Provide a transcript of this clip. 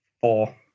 four